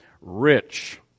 rich